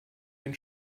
den